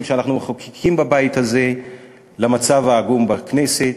שאנחנו מחוקקים בבית הזה לבין המצב העגום בכנסת,